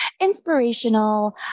inspirational